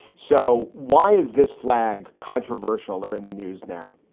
so why is this flag controversial there? in the news now,